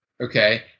okay